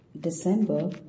December